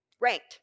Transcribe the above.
ranked